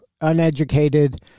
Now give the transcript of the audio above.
uneducated